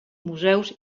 museus